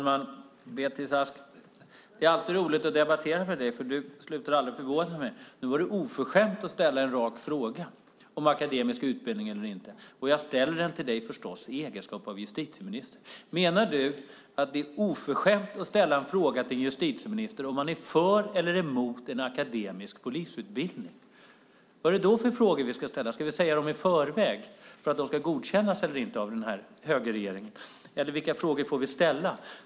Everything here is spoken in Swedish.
Fru talman! Det är alltid roligt att debattera med dig, Beatrice Ask. Du slutar aldrig förvåna mig. Nu var det oförskämt att ställa en rak fråga om akademisk utbildning eller inte. Jag ställer den förstås till dig i din egenskap av justitieminister. Menar du att det är oförskämt att ställa frågan om man är för eller emot en akademisk polisutbildning till en justitieminister? Vilka frågor ska vi då ställa? Ska vi ställa dem i förväg för att de ska godkännas eller inte av den här högerregeringen? Vilka frågor får vi ställa?